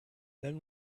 then